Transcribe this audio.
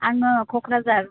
आङो क'क्राझार